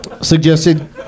suggested